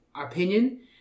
opinion